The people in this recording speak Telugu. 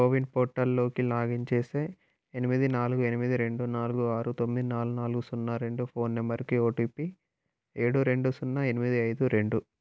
కోవిన్ పోర్టల్లోకి లాగిన్ చేసే ఎనిమిది నాలుగు ఎనిమిది రెండు నాలుగు ఆరు తొమ్మిది నాలుగు నాలుగు సున్నా రెండు ఫోన్ నంబర్కి ఓటీపీ ఏడు రెండు సున్నా ఎనిమిది ఐదు రెండు